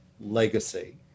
legacy